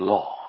Law